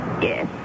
Yes